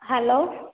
hello